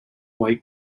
white